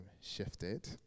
shifted